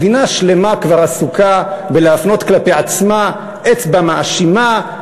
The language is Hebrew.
מדינה שלמה כבר עסוקה בלהפנות כלפי עצמה אצבע מאשימה,